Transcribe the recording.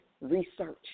Research